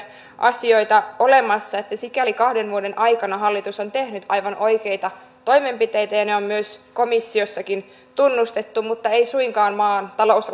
asioita olemassa sikäli kahden vuoden aikana hallitus on tehnyt aivan oikeita toimenpiteitä ja ne on komissiossakin tunnustettu mutta ei suinkaan maan talous